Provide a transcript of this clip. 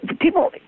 people